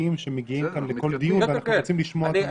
האזרחיים שמגיעים כאן לכל דיון ואנחנו רוצים לשמוע גם אותם.